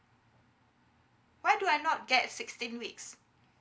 why do I not get sixteen weeks